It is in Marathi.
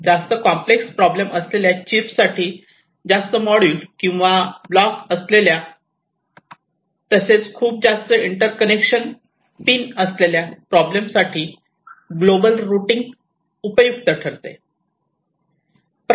जास्त कॉम्प्लेक्स प्रॉब्लेम असलेल्या चीप साठी जास्त मॉड्यूल किंवा ब्लॉक असलेल्या तसेच खूप खूप इंटर्कनेक्शन पिन असलेल्या प्रॉब्लेम साठी ग्लोबल रुटींग उपयुक्त ठरते